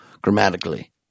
grammatically